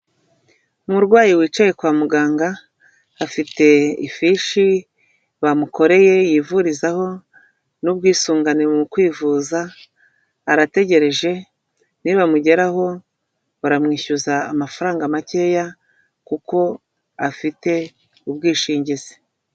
Umurwayi wicaye kwa muganga, afite ifishi bamukoreye yivurizaho n'ubwisungane mu kwivuza, arategereje nibamugeraho baramwishyuza amafaranga makeya, kuko afite ubwishingizi.